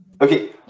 okay